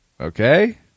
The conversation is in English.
okay